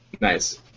nice